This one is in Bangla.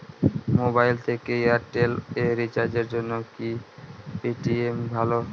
মোবাইল থেকে এয়ারটেল এ রিচার্জের জন্য কি পেটিএম ভালো?